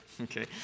okay